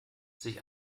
sich